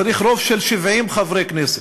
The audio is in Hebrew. צריך רוב של 70 חברי כנסת.